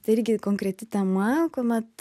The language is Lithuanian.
tai irgi konkreti tema kuomet